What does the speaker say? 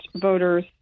voters